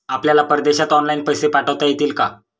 आपल्याला परदेशात ऑनलाइन पैसे पाठवता येतील का?